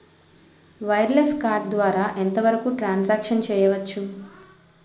Wireless card ద్వారా ఎంత వరకు ట్రాన్ సాంక్షన్ చేయవచ్చు?